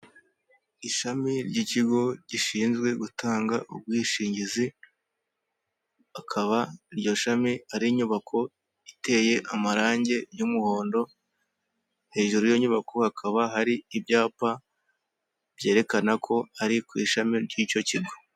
Ishami ry'ikigo gishinzwe gutanga ubwishingizi, akaba iryo shami ari inyubako iteye amarangi y'umuhondo, hejuru y'iyo nyubako hakaba hari ibyapa byerekana ko ari ku ishami ry'icyo kigo.